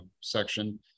section